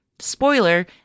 Spoiler